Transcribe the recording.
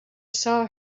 saw